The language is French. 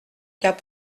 cas